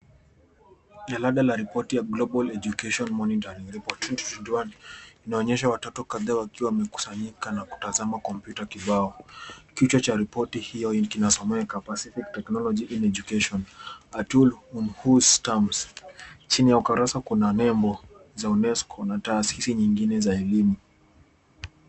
Jarada la ripoti ya global education monitor report 2021 inaonyesha watoto kadhaa wakiwa wamekusanyika na kutazama kompyuta kibao. Kichwa cha ripoti hio kinasomeka capacitive technology in education a tool on whose terms . Chini ya kurasa kuna nembo za Unesco na taasisi nyingine za elimu.